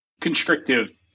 constrictive